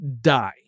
die